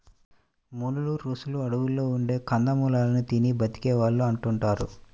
మునులు, రుషులు అడువుల్లో ఉండే కందమూలాలు తిని బతికే వాళ్ళు అంటుంటారు